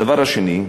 הדבר השני,